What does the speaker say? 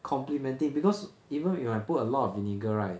complimenting because even if I put a lot of vinegar right